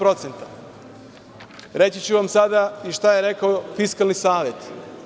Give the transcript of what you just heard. Reći ću vam sada i šta je rekao Fiskalni savet.